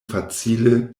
facile